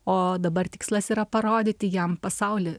o dabar tikslas yra parodyti jam pasaulį